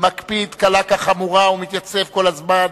מקפיד קלה כחמורה ומתייצב כל הזמן,